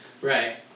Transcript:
Right